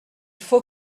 faut